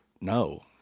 No